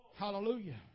Hallelujah